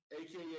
Aka